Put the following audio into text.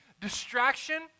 Distraction